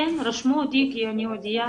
כן, רשמו אותי כי אני יהודייה.